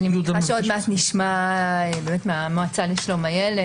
אני מניחה שנשמע תכף מהמועצה לשלום הילד,